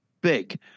big